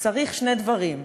צריך שני דברים: